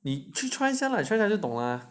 你去 try 一下你就懂了